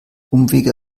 umwege